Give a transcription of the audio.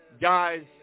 Guys